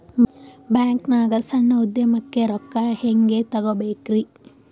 ಬ್ಯಾಂಕ್ನಾಗ ಸಣ್ಣ ಉದ್ಯಮಕ್ಕೆ ರೊಕ್ಕ ಹೆಂಗೆ ತಗೋಬೇಕ್ರಿ?